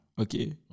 Okay